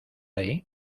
ahí